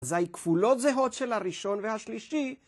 ‫אזי כפולות זהות של הראשון והשלישי.